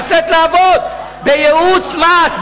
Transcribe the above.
לצאת לעבוד בייעוץ מס,